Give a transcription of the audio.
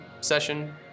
session